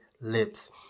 lips